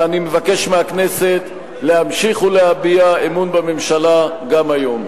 ואני מבקש מהכנסת להמשיך ולהביע אמון בממשלה גם היום.